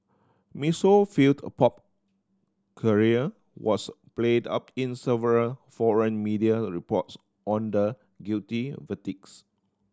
Miss failed a pop career was played up in several foreign media reports on the guilty verdicts